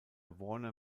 warner